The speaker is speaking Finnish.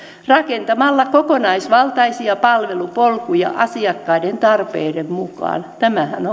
rakentamalla kokonaisvaltaisia palvelupolkuja asiakkaiden tarpeiden mukaan tämähän